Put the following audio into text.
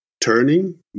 turning